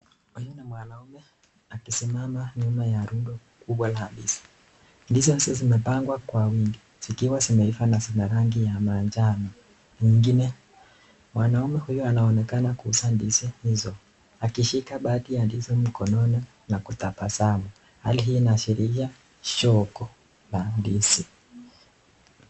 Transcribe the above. Huyu ni mwanaume akisimama nyuma ya rundo kubwa la ndizi. Ndizi hizo zimepangwa kwa wingi, zikiwa zimeiva na zina rangi ya manjano. Mwanaume huyu anaonekana kuuza ndizi hizo, akishika baadhi ya ndizi mkononi na kutabasamu. Hali hii inaashiria shoko na ndizi.